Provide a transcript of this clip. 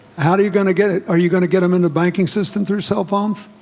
how are you going to get it? are you going to get them in the banking system through cell phones?